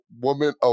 woman